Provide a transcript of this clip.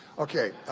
okay.